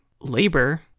labor